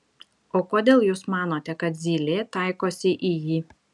o kodėl jūs manote kad zylė taikosi į jį